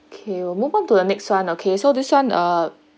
okay we'll move on to the next [one] okay so this [one] err